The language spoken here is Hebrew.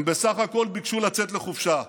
הם בסך הכול ביקשו לצאת לחופשה.